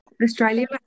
Australia